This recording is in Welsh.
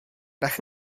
nac